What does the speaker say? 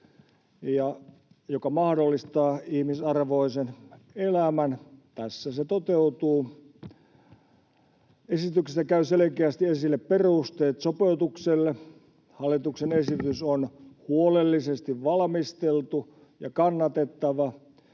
joka mahdollistaa ihmisarvoisen elämän. Tässä se toteutuu. Esityksestä käyvät selkeästi esille perusteet sopeutukselle. Hallituksen esitys on huolellisesti valmisteltu ja kannatettava.